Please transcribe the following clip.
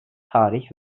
tarih